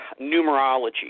numerology